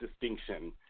distinction